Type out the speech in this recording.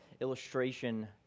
illustration